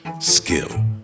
skill